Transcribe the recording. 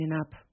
up